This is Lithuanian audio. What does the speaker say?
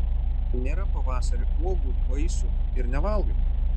nėra pavasarį uogų vaisių ir nevalgai